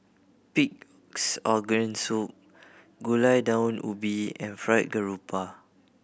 Pig's Organ Soup Gulai Daun Ubi and Fried Garoupa